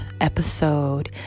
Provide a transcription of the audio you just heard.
episode